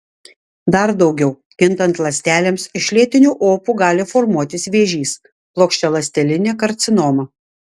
dar daugiau kintant ląstelėms iš lėtinių opų gali formuotis vėžys plokščialąstelinė karcinoma